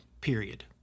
Period